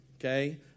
Okay